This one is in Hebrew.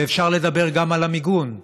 ואפשר לדבר גם על המיגון.